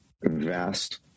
vast